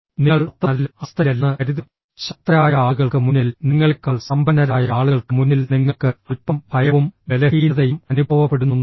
നിങ്ങൾ അത്ര നല്ല അവസ്ഥയിലല്ലെന്ന് കരുതുക ശക്തരായ ആളുകൾക്ക് മുന്നിൽ നിങ്ങളെക്കാൾ സമ്പന്നരായ ആളുകൾക്ക് മുന്നിൽ നിങ്ങൾക്ക് അൽപ്പം ഭയവും ബലഹീനതയും അനുഭവപ്പെടുന്നുണ്ടോ